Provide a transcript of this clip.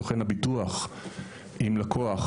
סוכן הביטוח עם לקוח,